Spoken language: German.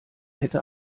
hätte